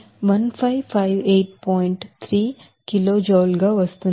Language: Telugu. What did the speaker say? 3 kiloJoule గా వస్తోంది